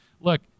look